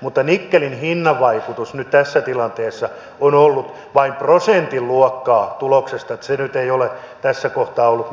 mutta nikkelin hinnan vaikutus nyt tässä tilanteessa on ollut vain prosentin luokkaa tuloksesta että se nyt ei ole tässä kohtaa ollut